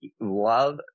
love